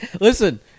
Listen